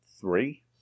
three